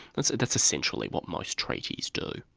and so that's essentially what most treaties do.